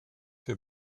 wir